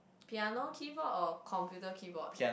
piano keyboard or computer keyboard